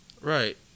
Right